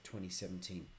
2017